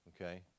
okay